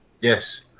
Yes